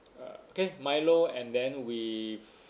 uh K milo and then with